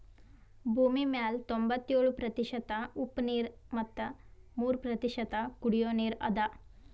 ಭೂಮಿಮ್ಯಾಲ್ ತೊಂಬತ್ಯೋಳು ಪ್ರತಿಷತ್ ಉಪ್ಪ್ ನೀರ್ ಮತ್ ಮೂರ್ ಪ್ರತಿಷತ್ ಕುಡಿಯೋ ನೀರ್ ಅದಾ